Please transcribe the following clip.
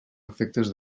efectes